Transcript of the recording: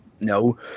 no